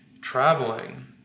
Traveling